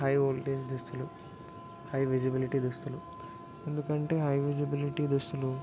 high voltage దుస్తులు high visibility దుస్తులు ఎందుకంటే హై విజిబిలిటీ దుస్తులు